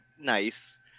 nice